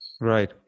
Right